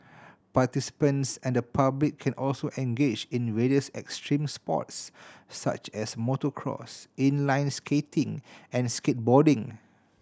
participants and the public can also engage in various extreme sports such as motocross inline skating and skateboarding